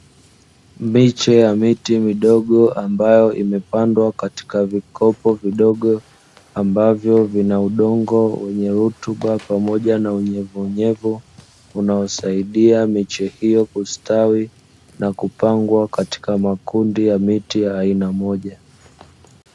Miche ya miti midogo ambayo imepandwa katika vikopo vidogo, ambavyo vina udongo wenye rutuba pamoja na unyevunyevu unaosaidia miche hiyo kustawi, na kupangwa katika makundi ya miti ya aina moja.